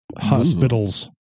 hospitals